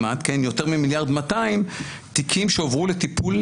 יותר ממיליארד מאתיים תיקים שהועברו לטיפול,